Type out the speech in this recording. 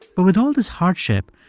but with all this hardship,